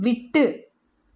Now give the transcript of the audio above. விட்டு